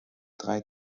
drei